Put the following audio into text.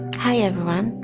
hi everyone!